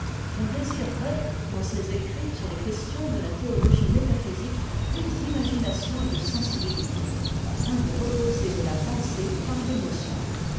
on désirerait dans ses écrits sur les questions de théo ogie métaphysique plus d'imagination et de sensibilité afin de reposer de ta pensée par i'émotion